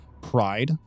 pride